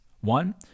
One